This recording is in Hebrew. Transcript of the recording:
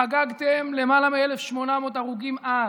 חגגתם למעלה מ-1,800 הרוגים אז,